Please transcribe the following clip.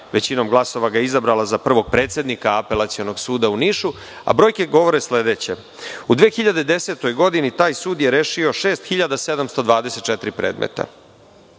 većinom glasova ga izabrala za prvog predsednika Apelacionog suda u Nišu, a brojke govore sledeće.U 2010. godini taj sud je rešio 6.724 predmeta.